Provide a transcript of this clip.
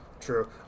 True